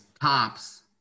tops